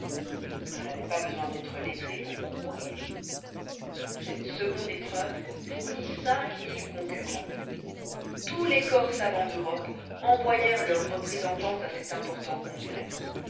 on n'avait pas besoin d'être lettré pour concourir cette seconde épreuve fournit cinq mille concurrents tous les corps savants d'europe envoyèrent leurs représentants à cet important congrès